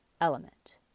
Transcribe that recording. element